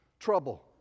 trouble